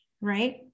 right